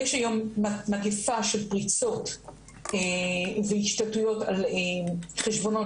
יש היום מגפה של פריצות והשתלטויות על חשבונות